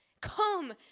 Come